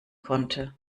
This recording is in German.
konnte